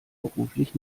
beruflich